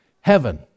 Heaven